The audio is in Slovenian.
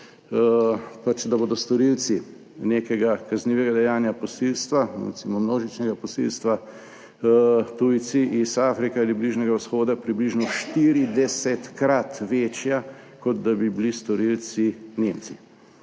pač da bodo storilci nekega kaznivega dejanja, posilstva recimo, množičnega posilstva tujci iz Afrike ali Bližnjega vzhoda, približno 40-krat večja, kot da bi bili storilci Nemci.